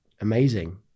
amazing